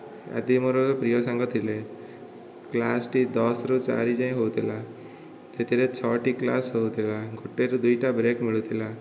ଆଦି ମୋର ପ୍ରିୟ ସାଙ୍ଗ ଥିଲେ କ୍ଳାସ ଟି ଦଶ ରୁ ଚାରି ଯାଏଁ ହେଉଥିଲା ସେଥିରେ ଛଅ ଟି କ୍ଲାସ ହେଉଥିଲା ଗୋଟେ ରୁ ଦୁଇଟା ବ୍ରେକ୍ ମିଳୁଥିଲା